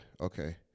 okay